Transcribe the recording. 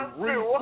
real